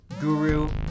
guru